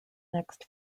next